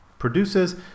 produces